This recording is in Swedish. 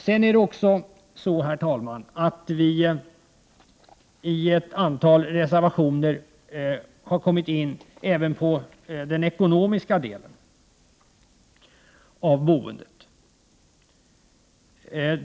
Sedan har vi, herr talman, i ett antal reservationer även kommit in på den ekonomiska delen av boendet.